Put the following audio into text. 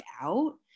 out